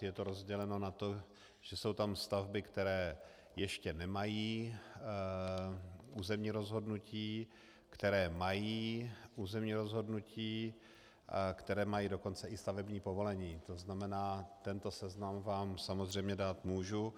Je to rozděleno na to, že jsou tam stavby, které ještě nemají územní rozhodnutí, které mají územní rozhodnutí, které mají dokonce i stavební povolení, tento seznam vám samozřejmě dát můžu.